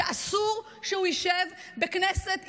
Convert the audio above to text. שאסור שהוא ישב בכנסת ישראל.